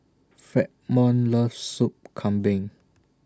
Fremont loves Soup Kambing